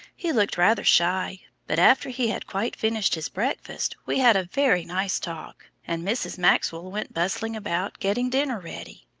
he looked rather shy, but after he had quite finished his breakfast, we had a very nice talk, and mrs. maxwell went bustling about getting dinner ready.